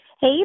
Hey